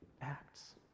acts